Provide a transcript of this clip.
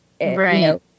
right